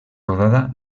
rodada